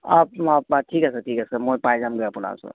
ঠিক আছে ঠিক আছে মই পাই যামগৈ আপোনাৰ